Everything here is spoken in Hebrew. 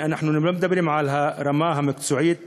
אנחנו לא מדברים על הרמה המקצועית